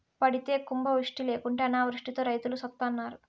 పడితే కుంభవృష్టి లేకుంటే అనావృష్టితో రైతులు సత్తన్నారు